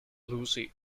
lucy